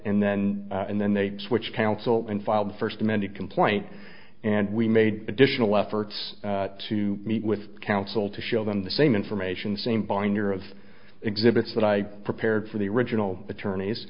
and then and then they switched counsel and filed first amended complaint and we made additional efforts to meet with counsel to show them the same information same binder of exhibits that i prepared for the original attorneys